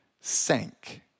sank